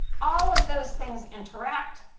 all of those things interact.